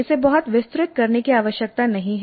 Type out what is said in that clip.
इसे बहुत विस्तृत करने की आवश्यकता नहीं है